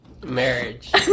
Marriage